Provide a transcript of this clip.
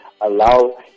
allow